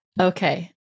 Okay